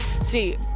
See